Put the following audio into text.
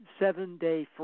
seven-day